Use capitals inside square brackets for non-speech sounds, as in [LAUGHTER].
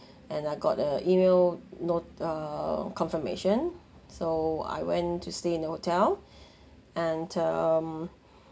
and I got the email note err confirmation so I went to stay in the hotel [BREATH] and um